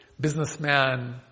businessman